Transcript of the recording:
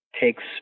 takes